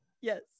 yes